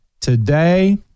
Today